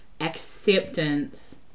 acceptance